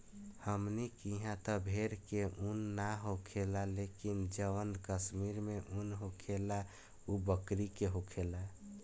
हमनी किहा त भेड़ के उन ना होखेला लेकिन जवन कश्मीर में उन होखेला उ बकरी के होखेला